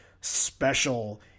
special